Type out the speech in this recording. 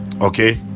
Okay